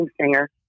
singer